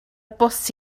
bws